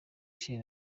chez